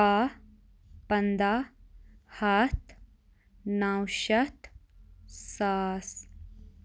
کاہ پَندہ ہَتھ نَو شَیٚتھ ساس